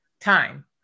time